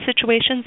situations